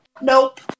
Nope